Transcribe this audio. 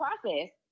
process